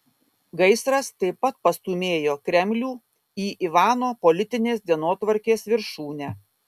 gaisras taip pat pastūmėjo kremlių į ivano politinės dienotvarkės viršūnę